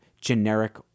generic